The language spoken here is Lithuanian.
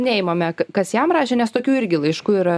neimame kas jam rašė nes tokių irgi laiškų yra